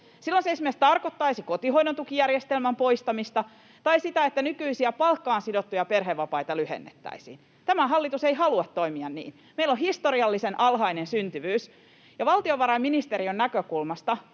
Silloin se esimerkiksi tarkoittaisi kotihoidon tukijärjestelmän poistamista tai sitä, että nykyisiä palkkaan sidottuja perhevapaita lyhennettäisiin. Tämä hallitus ei halua toimia niin. Meillä on historiallisen alhainen syntyvyys, ja valtiovarainministeriön näkökulmasta,